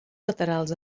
laterals